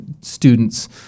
students